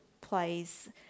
plays